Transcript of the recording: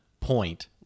point